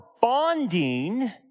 bonding